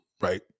Right